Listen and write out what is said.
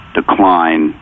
decline